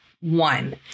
one